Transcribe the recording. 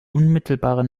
unmittelbare